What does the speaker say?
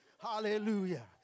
Hallelujah